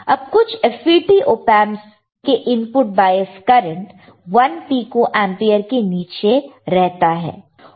अब कुछ FET op amps के input bias current 1 pico ampere के नीचे रहता है